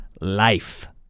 life